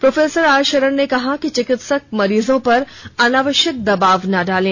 pro R Sharan ने कहा कि चिकित्सक मरीजों पर अनावश्यक दबाव न डालें